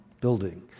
building